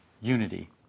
unity